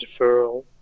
deferral